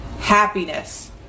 happiness